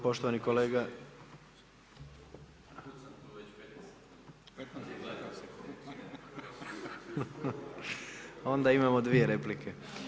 Poštovani kolega… ... [[Upadica: ne čuje se.]] Onda imamo dvije replike.